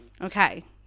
Okay